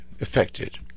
affected